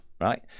right